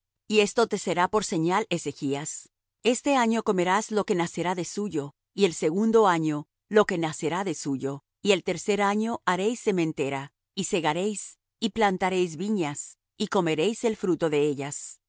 y esto te será por señal ezechas este año comerás lo que nacerá de suyo y el segundo año lo que nacerá de suyo y el tercer año haréis sementera y segaréis y plantaréis viñas y comeréis el fruto de ellas